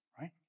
right